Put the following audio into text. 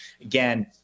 again